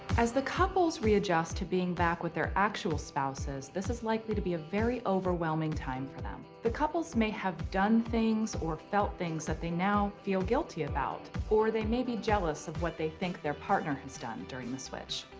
as the couples readjust to being back with their actual spouses, this is likely to be a very overwhelming time for them. the couples may have done things or felt things that they now feel guilty about or they may be jealous of what they think their partner has done during the switch.